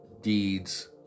deeds